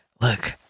Look